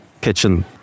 kitchen